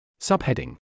Subheading